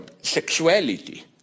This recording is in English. sexuality